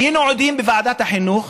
היינו עדים בוועדת החינוך,